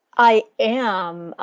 i am,